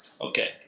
Okay